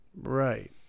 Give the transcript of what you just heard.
Right